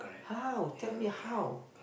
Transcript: how tell me how